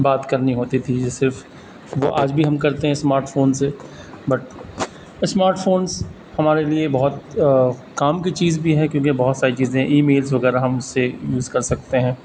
بات کرنی ہوتی تھی ج صرف وہ آج بھی ہم کرتے ہیں اسمارٹ فون سے بٹ اسمارٹ فونس ہمارے لیے بہت کام کی چیز بھی ہے کیونکہ بہت ساری چیزیں ای میلس وغیرہ ہم اس سے یوز کر سکتے ہیں